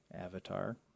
Avatar